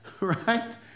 right